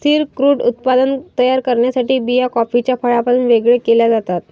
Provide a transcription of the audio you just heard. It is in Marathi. स्थिर क्रूड उत्पादन तयार करण्यासाठी बिया कॉफीच्या फळापासून वेगळे केल्या जातात